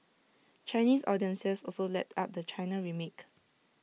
Chinese audiences also lapped up the China remake